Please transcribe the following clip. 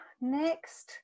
Next